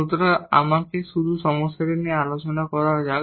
সুতরাং আমাকে শুধু সমস্যাটি নিয়ে আলোচনা করা যাক